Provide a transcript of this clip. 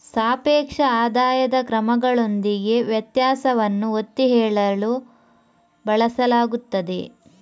ಸಾಪೇಕ್ಷ ಆದಾಯದ ಕ್ರಮಗಳೊಂದಿಗೆ ವ್ಯತ್ಯಾಸವನ್ನು ಒತ್ತಿ ಹೇಳಲು ಬಳಸಲಾಗುತ್ತದೆ